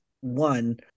One